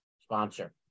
sponsor